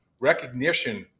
Recognition